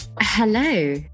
Hello